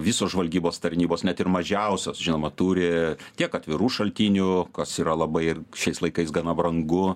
visos žvalgybos tarnybos net ir mažiausios žinoma turi tiek atvirų šaltinių kas yra labai ir šiais laikais gana brangu